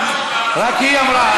רק היא אמרה.